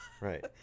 Right